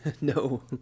No